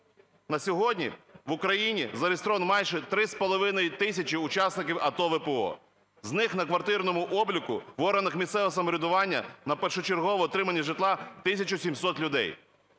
На сьогодні в Україні зареєстровано майже 3,5 тисячі учасників АТО, ВПО. З них на квартирному обліку в органах місцевого самоврядування на першочергове отримання житла 1 тисяча 700 людей.